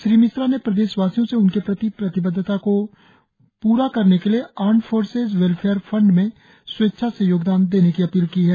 श्री मिश्रा ने प्रदेश वासियों से उनके प्रति प्रतिवद्वता को प्रा करने के लिए आर्म्ड फोर्सेज वेलफेयर फंड में स्वेच्छा से योगदान देने की अपील की है